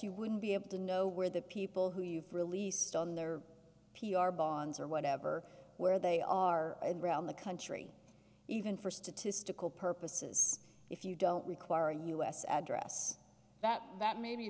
you wouldn't be able to know where the people who you've released on their p r bonds or whatever where they are and around the country even for statistical purposes if you don't require a us address that that may be